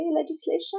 legislation